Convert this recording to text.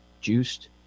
juiced